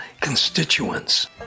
constituents